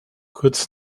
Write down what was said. kurz